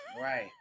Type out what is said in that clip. right